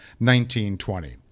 1920